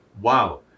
Wow